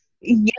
Yes